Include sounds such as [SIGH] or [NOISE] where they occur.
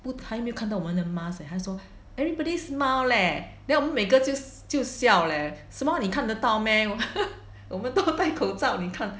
不还没看我们的 mask leh 他说 everybody smile leh then 我们每个就就笑 leh smile 你看得到 meh [LAUGHS] 我们都带着口罩你看